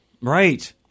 right